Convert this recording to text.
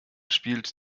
spielt